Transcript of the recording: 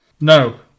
No